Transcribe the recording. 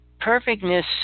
Perfectness